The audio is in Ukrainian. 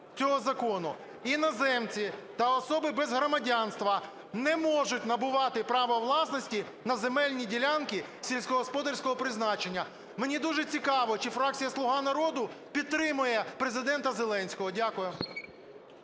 цього закону: "Іноземці та особи без громадянства не можуть набувати право власності на земельні ділянки сільськогосподарського призначення.". Мені дуже цікаво, чи фракція "Слуга народу" підтримає Президента Зеленського. Дякую.